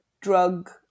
drug